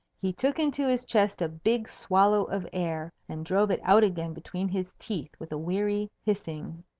he took into his chest a big swallow of air, and drove it out again between his teeth with a weary hissing.